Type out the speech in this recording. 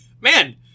man